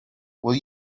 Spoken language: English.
will